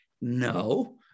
No